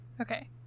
Okay